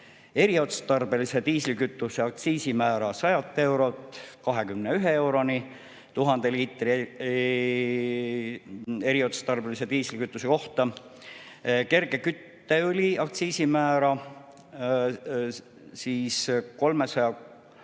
eriotstarbelise diislikütuse aktsiisimäära 100 eurolt 21 euroni 1000 liitri eriotstarbelise diislikütuse kohta, kerge kütteõli aktsiisimäära 372 eurolt